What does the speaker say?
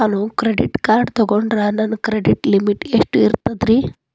ನಾನು credit card ತೊಗೊಂಡ್ರ ನನ್ನ ಕ್ರೆಡಿಟ್ ಲಿಮಿಟ್ ಎಷ್ಟ ಇರ್ತದ್ರಿ?